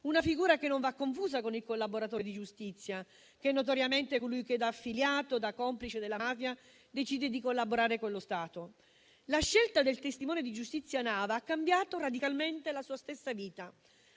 una figura che non va confusa con il collaboratore di giustizia, che è notoriamente colui che da affiliato, da complice della mafia, decide di collaborare con lo Stato. La scelta del testimone di giustizia Nava ha cambiato radicalmente la sua stessa vita: